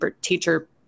teacher